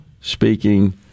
speaking